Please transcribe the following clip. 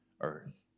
earth